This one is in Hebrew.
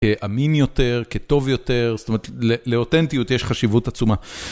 אמין יותר, כטוב יותר, זאת אומרת לאותנטיות יש חשיבות עצומה.